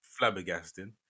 flabbergasting